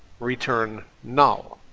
return null.